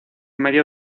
medio